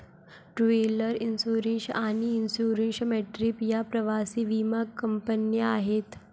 travel insurance आणि Insure My Trip या प्रवासी विमा कंपन्या आहेत